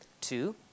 Two